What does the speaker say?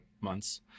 months